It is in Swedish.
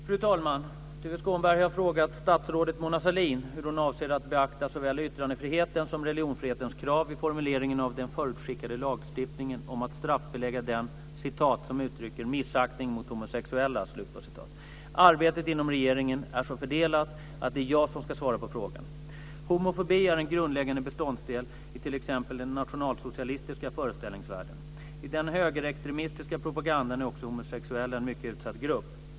Fru talman! Tuve Skånberg har frågat statsrådet Mona Sahlin hur hon avser att beakta såväl yttrandefrihetens som religionsfrihetens krav vid formuleringen av den förutskickade lagstiftningen om att straffbelägga den "som uttrycker missaktning mot homosexuella". Arbetet inom regeringen är så fördelat att det är jag som ska svara på frågan. Homofobi är en grundläggande beståndsdel i t.ex. den nationalsocialistiska föreställningsvärlden. I den högerextremistiska propagandan är också homosexuella en mycket utsatt grupp.